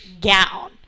gown